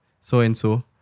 so-and-so